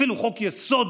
אפילו חוק-יסוד,